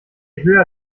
höher